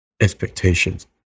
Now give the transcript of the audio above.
Expectations